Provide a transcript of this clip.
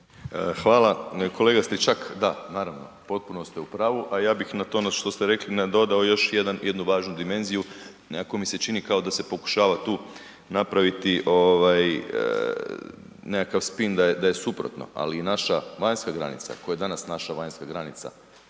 Hvala. Kolega Stričak, da naravno potpuno ste u pravu, a ja bih na to, ono što ste rekli nadodao još jednu važnu dimenziju nekako mi se čini kao da se pokušava tu napraviti ovaj nekakav spin da je suprotno, ali i naša vanjska granica koja je danas naša vanjska granica